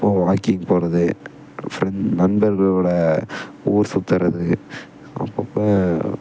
அப்பப்போ வாக்கிங் போவது ஃப்ரெண்ட் நண்பர்களோடு ஊர் சுற்றுறது அப்பப்போ